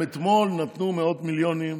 הם אתמול נתנו מאות מיליונים